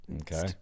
okay